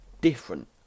different